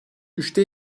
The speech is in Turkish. üçte